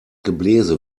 gebläse